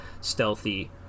stealthy